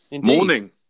morning